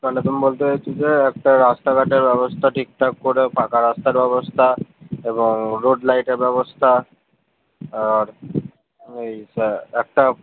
তাহলে তুমি বলতে চাইছ যে একটা রাস্তাঘাটের ব্যবস্থা ঠিকঠাক করে পাকা রাস্তার ব্যবস্থা এবং রোড লাইটের ব্যবস্থা আর ওই যে একটা